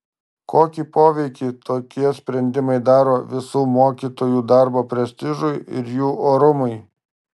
kokį poveikį tokie sprendimai daro visų mokytojų darbo prestižui ir jų orumui